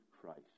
Christ